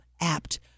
apt